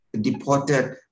deported